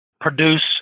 produce